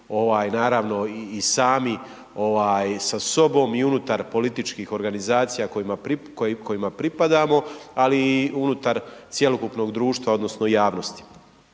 naravno i sami ovaj sa sobom i unutar političkih organizacija kojima pripadamo, ali i unutar cjelokupnog društva odnosno javnosti.